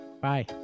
bye